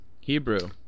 Hebrew